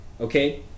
okay